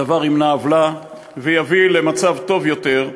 הדבר ימנע עוולה ויביא למצב טוב יותר,